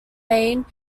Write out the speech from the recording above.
maine